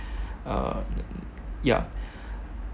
uh ya